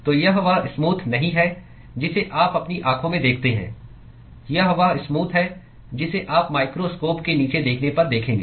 तो यह वह स्मूथ नहीं है जिसे आप अपनी आंखों में देखते हैं यह वह स्मूथ है जिसे आप माइक्रोस्कोप के नीचे देखने पर देखेंगे